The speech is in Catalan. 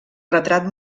retrat